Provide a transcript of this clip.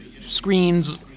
screens